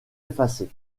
effacé